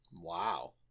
Wow